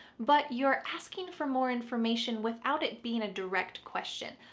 but you're asking for more information without it being a direct question.